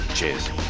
Cheers